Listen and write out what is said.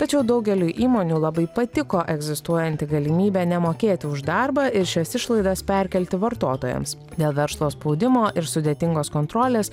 tačiau daugeliui įmonių labai patiko egzistuojanti galimybė nemokėti už darbą ir šias išlaidas perkelti vartotojams dėl verslo spaudimo ir sudėtingos kontrolės